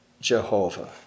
Jehovah